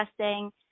testing